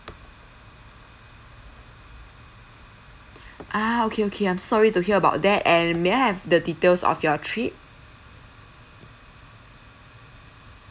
ah okay okay I'm so sorry to hear about that and may I have the details of your trip